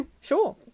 Sure